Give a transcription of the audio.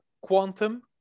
Quantum